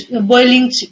boiling